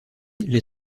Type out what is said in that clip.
les